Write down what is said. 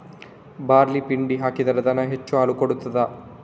Barley ಪಿಂಡಿ ಹಾಕಿದ್ರೆ ದನ ಹೆಚ್ಚು ಹಾಲು ಕೊಡ್ತಾದ?